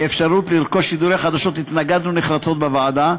לאפשרות לרכוש שידורי חדשות התנגדנו נחרצות בוועדה.